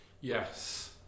yes